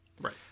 right